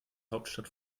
hauptstadt